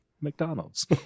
McDonald's